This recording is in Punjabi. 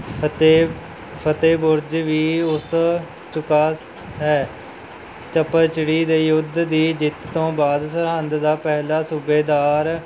ਫਤਿਹ ਫਤਿਹ ਬੁਰਜ ਵੀ ਉਸ ਹੈ ਚੱਪੜਚਿੜੀ ਦੇ ਯੁੱਧ ਦੀ ਜਿੱਤ ਤੋਂ ਬਾਅਦ ਸਰਹੰਦ ਦਾ ਪਹਿਲਾ ਸੂਬੇਦਾਰ